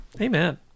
amen